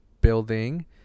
building